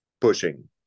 pushing